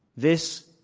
this,